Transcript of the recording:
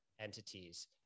entities